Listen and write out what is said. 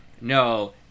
No